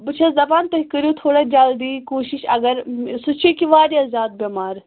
بہٕ چھَس دَپان تُہۍ کٔرِو تھوڑا جلدی کوٗشِش اَگر سُہ چھُ یہِ کہِ واریاہ زیادٕ بٮ۪مار